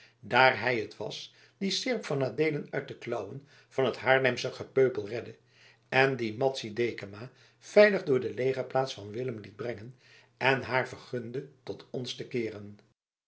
daar hij het was die seerp van adeelen uit de klauwen van het haarlemsen gepeupel redde en die madzy dekama veilig door de legerplaats van willem liet brengen en haar vergunde tot ons te keeren